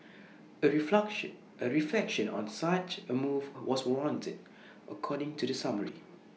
A refluxing reflection on such A move was warranted according to the summary